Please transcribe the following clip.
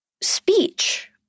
speech